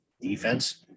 defense